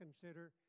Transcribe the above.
consider